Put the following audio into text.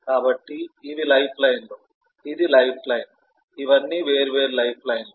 కాబట్టి ఇవి లైఫ్లైన్లు ఇది లైఫ్లైన్ ఇవన్నీ వేర్వేరు లైఫ్లైన్లు